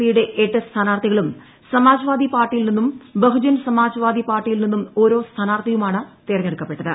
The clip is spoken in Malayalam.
പിയുടെ എട്ട് സ്ഥാനാർത്ഥികളും സമാജ്വാദി പാർട്ടിയിൽ നിന്നും ബഹുജൻ സമാജ്വാദി പാർട്ടിയിൽ നിന്നും ഓരോ സ്ഥാനാർത്ഥിയുമാണ് തെരഞ്ഞെടുക്കപ്പെട്ടത്